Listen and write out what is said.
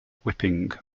whipping